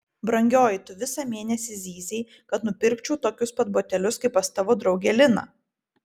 brangioji tu visą mėnesį zyzei kad nupirkčiau tokius pat batelius kaip pas tavo draugę liną